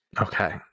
okay